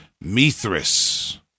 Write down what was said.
Mithras